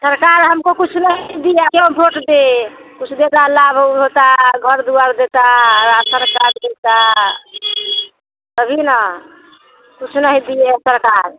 सरकार हमको कुछ नहीं दिया क्यों व्होट दें कुछ देता लाभ ओभ होता घर दुआर देता राशन कार्ड देता तभी न कुछ नहीं दिए हैं सरकार